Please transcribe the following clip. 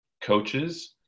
coaches